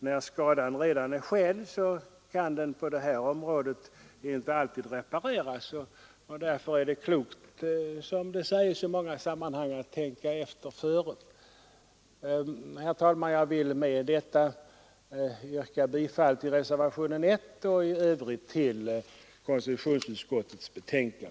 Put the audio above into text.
När skadan redan är skedd, kan den på detta område inte alltid repareras. Därför är det klokt att, som man säger i många sammanhang, tänka efter före. Herr talman! Jag vill med detta yrka bifall till reservationen 1 och i övrigt till utskottets hemställan.